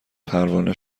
پروانه